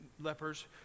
lepers